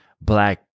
black